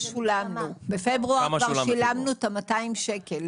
בפברואר כבר שילמנו את ה-200 שקלים.